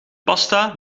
pasta